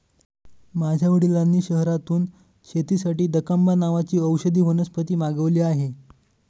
माझ्या वडिलांनी शहरातून शेतीसाठी दकांबा नावाची औषधी वनस्पती मागवली आहे